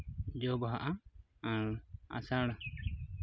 ᱡᱚ ᱵᱟᱦᱟᱜᱼᱟ ᱟᱨ ᱟᱥᱟᱲ